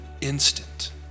instant